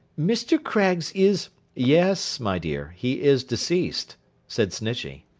mr. craggs is yes, my dear, he is deceased said snitchey.